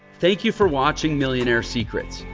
thank you for watching millionaire secrets.